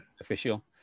official